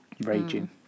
raging